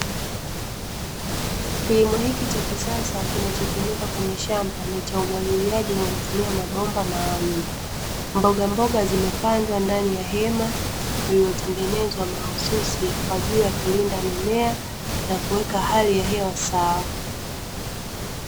Kilimo hiki cha kisasa kinachotumika kwenye shamba ni cha umwagiliaji kwa kutumia mabomba maalumu. Mbogamboga zimepandwa ndani ya hema, lililotengenezwa mahususi kwa ajili ya kulinda mimea na kuweka hali ya hewa sawa